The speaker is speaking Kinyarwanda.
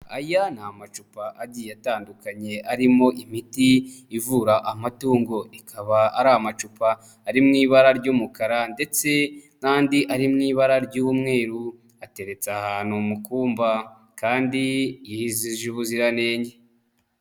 Aya ni amacupa agiye atandukanye arimo imiti ivura amatungo, ikaba ari amacupa ari mu ibara ry'umukara ndetse n'andi ari mu ibara ry'umweru, ateretse ahantu mu kumba kandi yuzuje ubuziranenge.